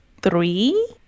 three